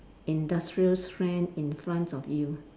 industrial strength in front of you